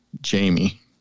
Jamie